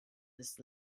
this